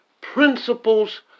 principles